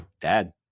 Dad